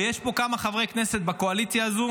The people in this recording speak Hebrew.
ויש פה כמה חברי כנסת בקואליציה הזו